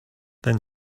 then